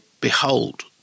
Behold